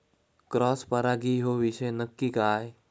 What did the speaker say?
Cross परागी ह्यो विषय नक्की काय?